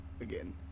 again